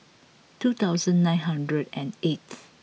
two thousand nine hundred and eighth